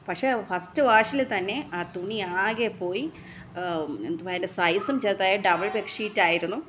പക്ഷേ ഫസ്റ്റ് വാഷിൽ തന്നെ ആ തുണിയാകെ പോയി എന്തുവാണ് അതിൻ്റെ സൈസും ചെറുതായി ഡബിൾ ബെഡ്ഷീറ്റായിരുന്നു